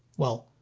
well,